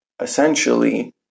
essentially